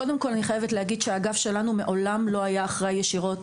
אני קודם כל חייבת להגיד שהאגף שלנו מעולם לא היה אחראי ישירות